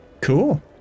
Cool